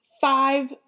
five